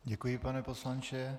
Děkuji, pane poslanče.